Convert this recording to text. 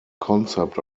concept